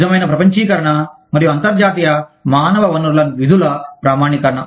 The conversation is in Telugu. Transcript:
నిజమైన ప్రపంచీకరణ మరియు అంతర్జాతీయ మానవ వనరుల విధుల ప్రామాణీకరణ